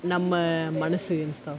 நம்ம மனசு:namma manasu and stuff